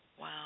Wow